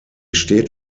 steht